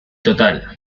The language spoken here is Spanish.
total